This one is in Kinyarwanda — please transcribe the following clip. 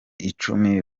icumi